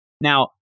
Now